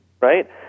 Right